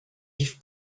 yves